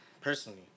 personally